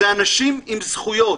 אלה אנשים עם זכויות.